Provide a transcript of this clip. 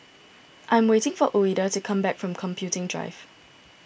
I am waiting for Ouida to come back from Computing Drive